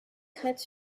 crête